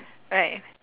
right